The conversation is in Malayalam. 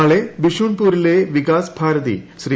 നാളെ ബിഷുൺപൂരിലെ വികാസ് ഭാരതി ശ്രീ